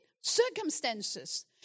circumstances